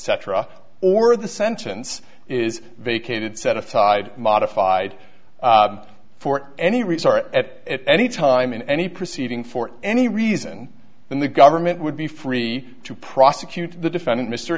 era or the sentence is vacated set aside modified for any resort at any time in any proceeding for any reason then the government would be free to prosecute the defendant mr